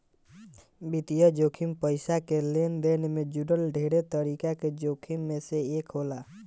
वित्तीय जोखिम पईसा के लेनदेन से जुड़ल ढेरे तरीका के जोखिम में से एक होला